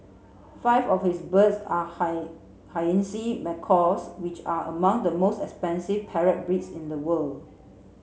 five of his birds are hyacinth macaws which are among the most expensive parrot breeds in the world